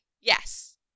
Yes